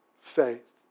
faith